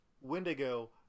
Wendigo